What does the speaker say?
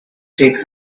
take